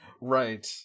Right